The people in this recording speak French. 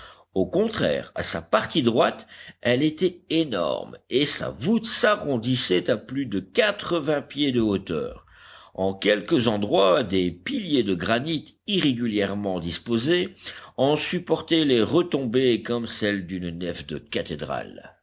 au contraire à sa partie droite elle était énorme et sa voûte s'arrondissait à plus de quatre-vingts pieds de hauteur en quelques endroits des piliers de granit irrégulièrement disposés en supportaient les retombées comme celles d'une nef de cathédrale